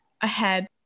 ahead